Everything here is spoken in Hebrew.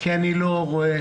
אני לא רואה